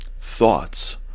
Thoughts